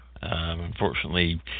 Unfortunately